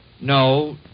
No